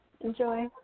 Enjoy